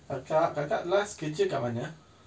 akak kakak last kerja kat mana